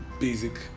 basic